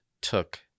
took